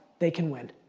they can win.